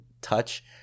touch